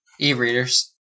E-readers